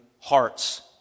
hearts